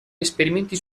esperimenti